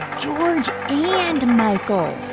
george and michael